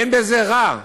אין בזה רע,